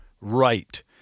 right